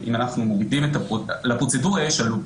אם אנחנו מורידים את הפרוצדורה לפרוצדורה יש עלות.